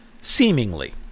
seemingly